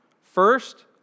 First